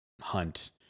hunt